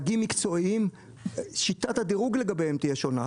הדירוג לנהגים מקצועיים תהיה שונה.